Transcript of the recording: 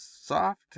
soft